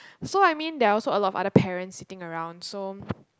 so I mean there're also a lot of other parents sitting around so